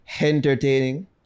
entertaining